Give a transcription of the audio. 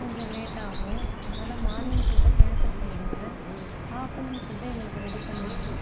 கொஞ்சம் லேட் ஆகும் அதனால் மார்னிங் ஃபுட்டை கேன்சல் பண்ணிடுங்கள் ஆப்டர்நூன் ஃபுட்டை எங்களுக்கு ரெடி பண்ணுங்கள்